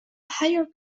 higher